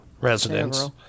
residents